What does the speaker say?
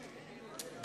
מתנחלים.